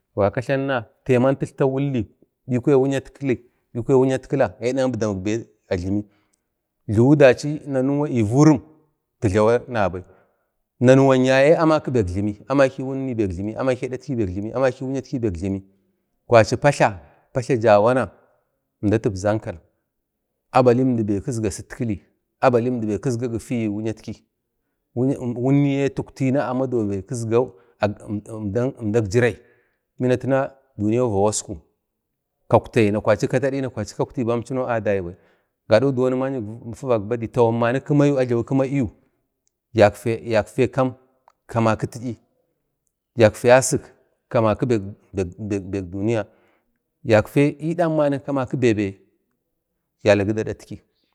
﻿da za tlanuna taiba titlta wulli bikwa wu'yatkili bikwa wu'yatkila adak əmdam bai a jlimu, jluwi dachi nanuwa ə vurum jlawa nabai nanwan yaye amaki bek jlimi amak wunni fik limi amaki ə datki fik jlimi amaki wu'yatki fik jlimi kwachi patla dawana əmda tikzankal abalindi bai kizga sitkili abalindi bai a gifegi wu'yatki, wunniyi tauktina amaduwa bai kizgau əmdak jirai bina tanau duniya va wasku kauktai katadi əmdinau adagibai gado diwon fivak badai wassa tajlaba gina niyu tamaka bek jlim,i tatfe yasik ta bikek kuba asirili.